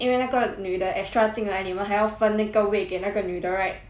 因为那个女的 extra 进来你们还要分那个位给那个女的 right